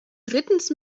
drittens